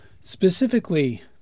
Specifically